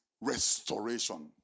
restoration